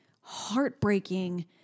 heartbreaking